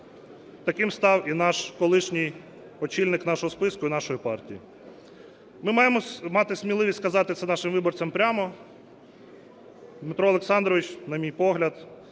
таким став і наш колишній очільник нашого списку і нашої партії. Ми маємо мати сміливість сказати це нашим виборцям прямо. Дмитро Олександрович, на мій погляд,